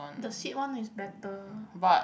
the sit one is better